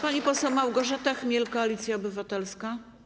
Pani poseł Małgorzata Chmiel, Koalicja Obywatelska.